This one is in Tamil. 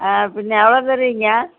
ஆ பின்னே எவ்வளோ தருவீங்க